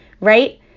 right